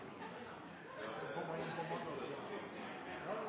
På